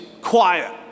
quiet